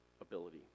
ability